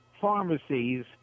pharmacies